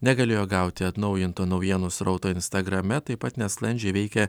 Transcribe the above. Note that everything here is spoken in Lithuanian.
negalėjo gauti atnaujinto naujienų srauto instagrame taip pat nesklandžiai veikė